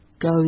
go